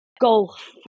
golf